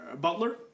butler